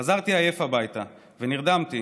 חזרתי עייף הביתה ונרדמתי,